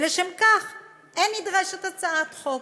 ולשם כך אין נדרשת הצעת חוק".